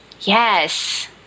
Yes